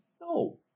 No